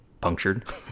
punctured